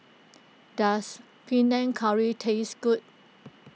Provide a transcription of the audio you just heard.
does Panang Curry taste good